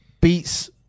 Beats